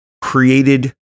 created